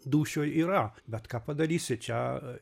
dūšioj yra bet ką padarysi čia